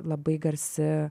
labai garsi